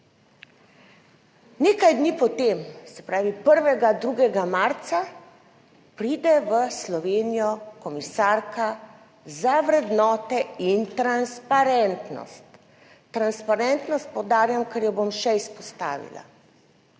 Nekaj dni po tem, se pravi, 1. 2. marca, pride v Slovenijo komisarka za vrednote in transparentnost - transparentnost poudarjam, ker jo bom še izpostavila